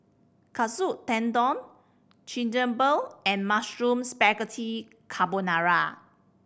Katsu Tendon Chigenabe and Mushroom Spaghetti Carbonara